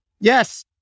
yes